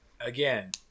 Again